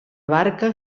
barca